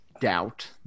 doubt